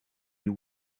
you